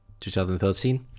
2013